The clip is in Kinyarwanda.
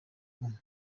guma